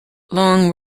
long